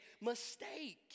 mistake